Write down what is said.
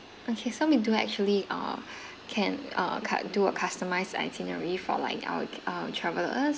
okay some they actually uh can uh cut do a customized itinerary for like our our travels